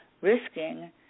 risking